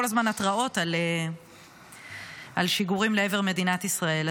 הזמן התראות על שיגורים לעבר מדינת ישראל.